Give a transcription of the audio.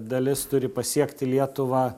dalis turi pasiekti lietuvą